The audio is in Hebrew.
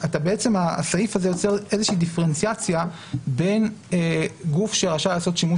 - והסעיף הזה יוצר איזושהי דיפרנציאציה בין גוף שרשאי לעשות שימוש